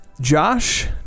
Josh